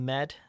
Med